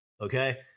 okay